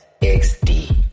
XD